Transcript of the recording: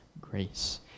grace